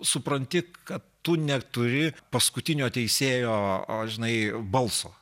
supranti kad tu neturi paskutinio teisėjo o žinai balso